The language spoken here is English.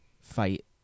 fight